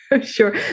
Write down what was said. Sure